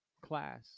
class